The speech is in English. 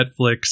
Netflix